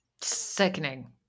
Sickening